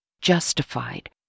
justified